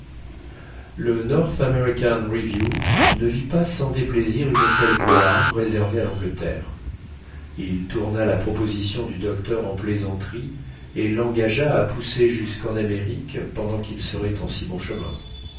le north american review ne vit pas sans déplaisir une telle gloire réservée à l'angleterre il tourna la proposition du docteur en plaisanterie et l'engagea à pousser jusqu'en amérique pendant qu'il serait en si bon chemin